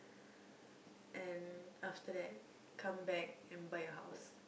and after that come back and buy a house